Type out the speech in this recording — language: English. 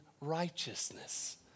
righteousness